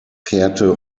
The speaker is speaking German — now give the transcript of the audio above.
kehrte